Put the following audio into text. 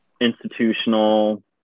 institutional